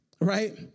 right